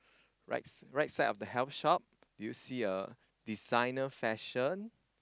right right side of the health shop do you see a designer fashion